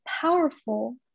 powerful